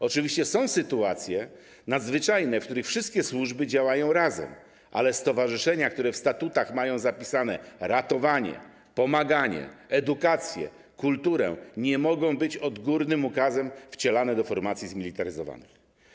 Oczywiście są sytuacje nadzwyczajne, w których wszystkie służby działają razem, ale stowarzyszenia, które w statutach mają zapisane ratowanie, pomaganie, edukację, kulturę, nie mogą być odgórnym nakazem wcielane do formacji zmilitaryzowanej.